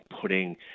putting